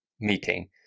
meeting